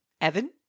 Evan